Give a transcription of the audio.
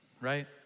right